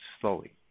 slowly